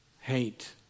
hate